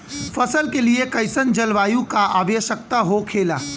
फसल के लिए कईसन जलवायु का आवश्यकता हो खेला?